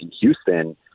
Houston